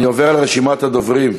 אני עובר לרשימת הדוברים: